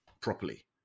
properly